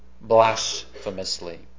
blasphemously